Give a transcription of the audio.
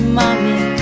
mommy